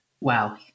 Wow